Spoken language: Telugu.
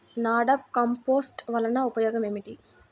నాడాప్ కంపోస్ట్ వలన ఉపయోగం ఏమిటి?